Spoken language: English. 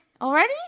already